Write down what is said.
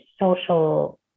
social